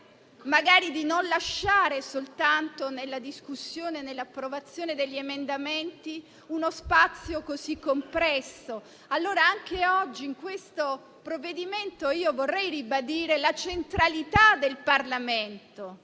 pensare di non lasciare, nella discussione e nell'approvazione degli emendamenti, uno spazio così compresso. Anche oggi in questo provvedimento vorrei ribadire la centralità del Parlamento